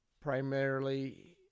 primarily